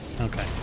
okay